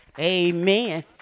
Amen